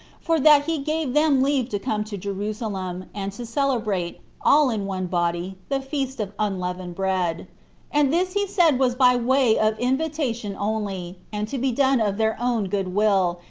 for that he gave them leave to come to jerusalem, and to celebrate, all in one body, the feast of unleavened bread and this he said was by way of invitation only, and to be done of their own good will,